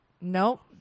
Nope